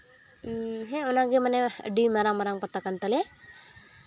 ᱦᱮᱸ ᱚᱱᱟᱜᱮ ᱢᱟᱱᱮ ᱟᱹᱰᱤ ᱢᱟᱨᱟᱝ ᱢᱟᱟᱝ ᱯᱟᱛᱟ ᱠᱟᱱ ᱛᱟᱞᱮᱭᱟ